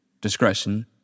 Discretion